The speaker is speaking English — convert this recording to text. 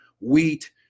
wheat